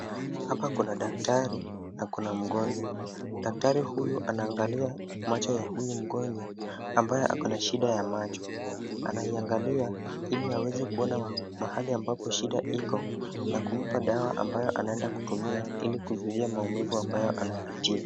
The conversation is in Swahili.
Haa kuna daktari na kuna mgonjwa. Daktari huyu anaangalia macho ya huyu mgonjwa ambaye ako na shida ya macho. Anaiangalia Ili aweze kuona mahali ambapo shida Iko na kumpa dawa ambayo anaenda kutumia Ili kuzuia maumivu ambayo anapitia.